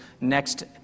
next